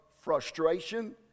frustration